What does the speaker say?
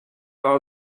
are